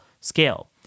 scale